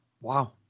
Wow